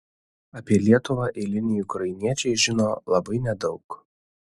apie lietuvą eiliniai ukrainiečiai žino labai nedaug